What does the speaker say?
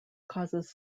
causes